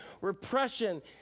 repression